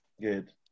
Good